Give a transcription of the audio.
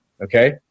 okay